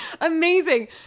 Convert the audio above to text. Amazing